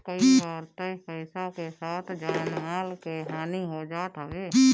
कई बार तअ पईसा के साथे जान माल के हानि हो जात हवे